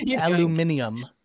Aluminium